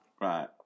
right